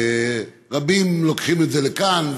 רבים לוקחים את זה לכאן ולשם,